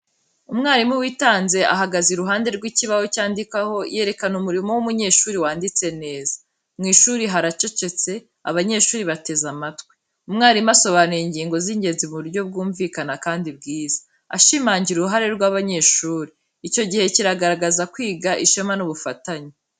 Umwarimu witanze ahagaze iruhande rw’ikibaho cyandikwaho, yerekana umurimo w’umunyeshuri wanditse neza. Mu ishuri haracecetse, abanyeshuri bateze amatwi. Umwarimu asobanura ingingo z’ingenzi mu buryo bwumvikana kandi bwiza, ashimangira uruhare rw’abanyeshuri. Icyo gihe kigaragaza kwiga, ishema n’ubufatanye.